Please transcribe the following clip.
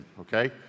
okay